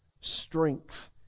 strength